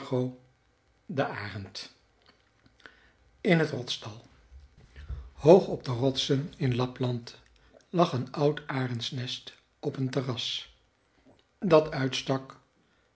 de arend in het rotsdal hoog op de rotsen in lapland lag een oud arendsnest op een terras dat uitstak